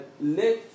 let